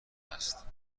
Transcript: است